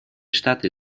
штаты